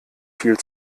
viel